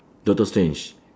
doctor strange